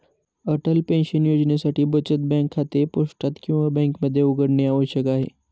Atal pension योजनेसाठी बचत bank खाते पोस्टात किंवा बँकेमध्ये उघडणे आवश्यक आहे